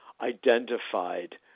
identified